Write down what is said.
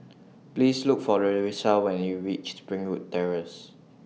Please Look For Larissa when YOU REACH Springwood Terrace